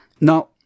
Now